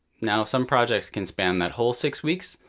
now, some projects can span that whole six weeks.